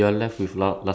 ya